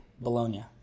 Bologna